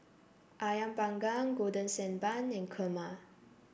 ayam Panggang Golden Sand Bun and Kurma